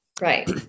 Right